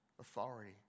authority